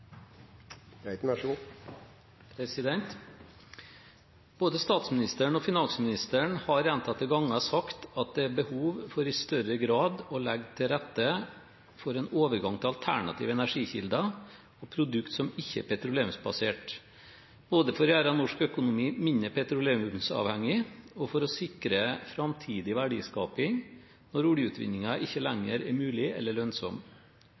behov for i større grad å legge til rette for en overgang til alternative energikilder og produkter som ikke er petroleumsbasert, både for å gjøre norsk økonomi mindre petroleumsavhengig og for å sikre framtidig verdiskaping når oljeutvinning ikke lenger er mulig eller lønnsom.